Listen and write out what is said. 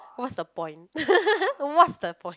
what's the point what's the point